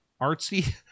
artsy